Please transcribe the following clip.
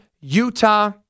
Utah